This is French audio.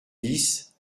dix